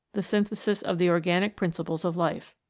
the synthesis of the organic principles of life.